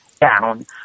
down